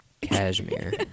Cashmere